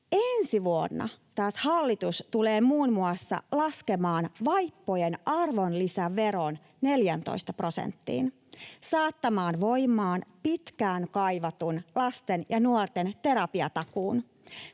Ensi vuonna hallitus taas tulee muun muassa laskemaan vaippojen arvonlisäveron 14 prosenttiin, saattamaan voimaan pitkään kaivatun lasten ja nuorten terapiatakuun,